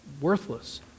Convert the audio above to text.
worthless